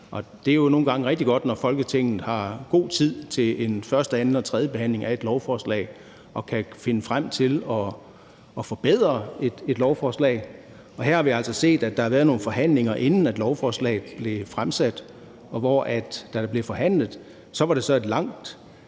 Det er jo nogle gange rigtig godt, når Folketinget har god tid til en første-, anden- og tredjebehandling af et lovforslag og kan finde frem til at forbedre det. Her har vi altså set, at der har været nogle forhandlinger, inden lovforslaget blev fremsat, og da der blev forhandlet, var det et langt